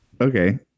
Okay